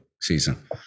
season